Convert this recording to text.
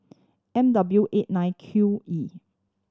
M W eight nine Q E